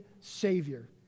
Savior